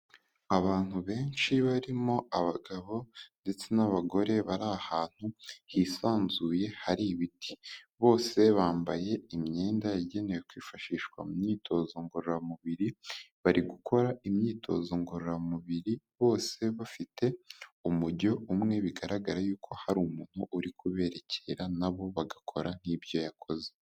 Abantu benshi barimo abagabo ndetse n'abagore, bari ahantu hisanzuye, hari ibiti, bose bambaye imyenda yagenewe kwifashishwa mu myitozo ngororamubiri, bari gukora imyitozo ngororamubiri, bose bafite umujyo umwe, bigaragara yuko hari umuntu uri kubererekera, na bo bagakora nk'ibyo yakoze.